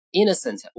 innocent